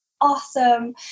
awesome